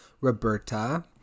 Roberta